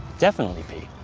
definitely pee.